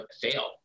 fail